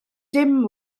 dim